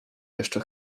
jeszcze